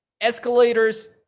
escalators